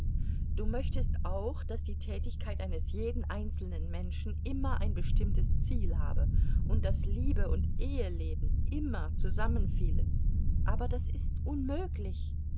du möchtest auch daß die tätigkeit eines jeden einzelnen menschen immer ein bestimmtes ziel habe und daß liebe und eheleben immer zusammenfielen aber das ist unmöglich